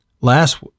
last